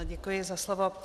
Děkuji za slovo.